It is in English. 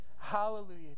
Hallelujah